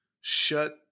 shut